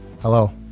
Hello